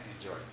enjoy